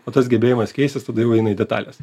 o tas gebėjimas keistis tada jau eina į detales